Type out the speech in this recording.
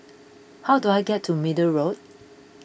how do I get to Middle Road